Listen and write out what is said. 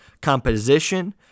Composition